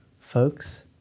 folks